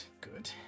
good